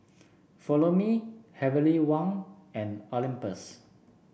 Follow Me Heavenly Wang and Olympus